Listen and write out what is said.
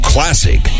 Classic